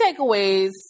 takeaways